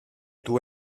του